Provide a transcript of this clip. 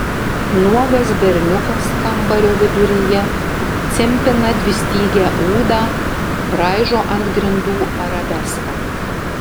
nuogas berniukas kambario viduryje cimpina dvistygę ūdą braižo ant grindų arabeską